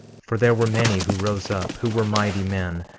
for there were many who rose up, who were mighty men,